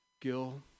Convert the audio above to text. Gil